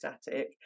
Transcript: static